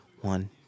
One